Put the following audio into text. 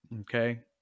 okay